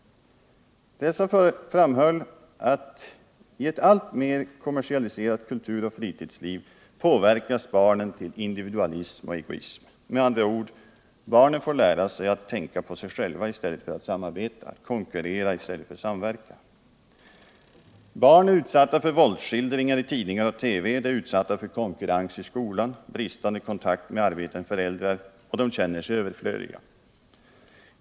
De framhöll att i ett alltmer kommersialiserat kulturoch fritidsliv påverkas barn till individualism och egoism. Barnen får med andra ord lära sig att tänka på sig själva i stället för att samarbeta, konkurrera i stället för att samverka. Barn är utsatta för våldsskildringar i tidningar och TV. De är utsatta för konkurrens i skolan, det brister i kontakten med föräldrar, och de känner sig överflödiga.